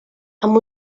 amb